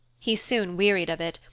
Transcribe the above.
he soon wearied of it,